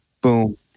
Boom